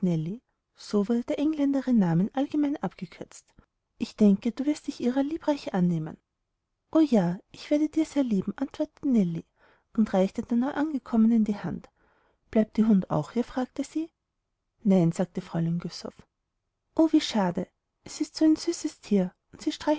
der engländerin namen allgemein abgekürzt ich denke du wirst dich ihrer liebreich annehmen o ja ich werde ihr sehr lieben antwortete nellie und reichte der neuangekommenen die hand bleibt die hund auch hier fragte sie nein sagte fräulein güssow o wie schade es ist ein so süßes tier und sie